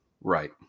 Right